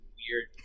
weird